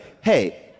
hey